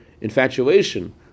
infatuation